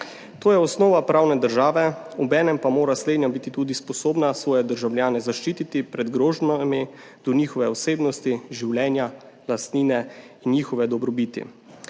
To je osnova pravne države, obenem pa mora slednja biti tudi sposobna svoje državljane zaščititi pred grožnjami do njihove osebnosti, življenja, lastnine in njihove dobrobiti.